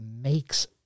makes